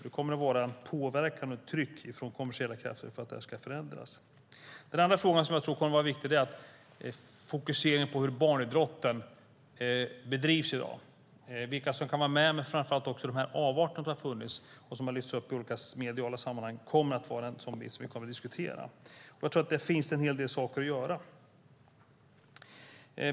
Det kommer att vara ett påverkande tryck från kommersiella krafter att det ska förändras. Den andra fråga som jag tror kommer att vara viktig är fokuseringen på hur barnidrotten bedrivs i dag. Det handlar om vilka som kan vara med och framför allt avarterna som har funnits och som har lyfts upp i olika mediala sammanhang. Det kommer att vara en sådan sak som vi kommer att diskutera. Där finns en hel del saker att göra.